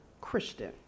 Christian